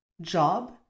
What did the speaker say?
job